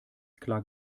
klar